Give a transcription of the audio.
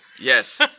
Yes